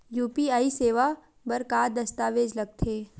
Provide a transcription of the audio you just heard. UPI सेवा बर का का दस्तावेज लगथे?